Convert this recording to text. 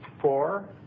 Four